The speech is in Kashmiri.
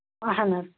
اَہن حظ